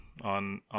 on